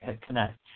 connect